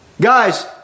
Guys